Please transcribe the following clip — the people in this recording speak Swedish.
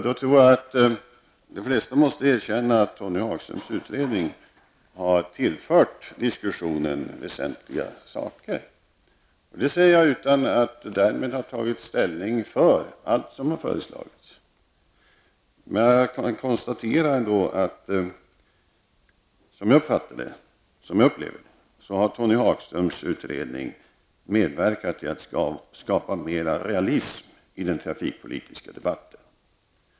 Då tror jag att de flesta måste erkänna att Tony Hagströms utredning har tillfört diskussionen väsentliga saker. Det säger jag utan att därmed ha tagit ställning för allt som där har föreslagits. Som jag upplever det har Tony Hagströms utredning medverkat till att skapa mera realism i den trafikpolitiska debatten.